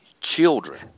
children